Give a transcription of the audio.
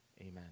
Amen